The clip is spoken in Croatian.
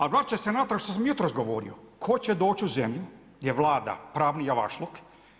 A vratiti će se natrag što sam jutro govorio, tko će doći u zemlji gdje vlada pravni javašluk.